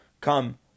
come